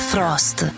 Frost